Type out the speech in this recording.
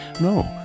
No